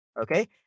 Okay